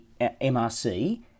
MRC